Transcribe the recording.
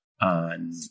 on